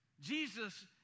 Jesus